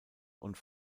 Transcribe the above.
und